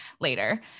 later